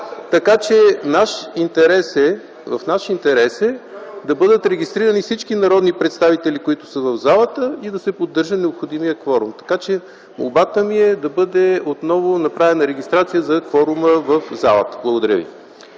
така че в наш интерес е да бъдат регистрирани всички народни представители, които са в залата, и да се поддържа необходимият кворум. Молбата ми е да бъде направена отново регистрация за кворума в залата. Благодаря ви.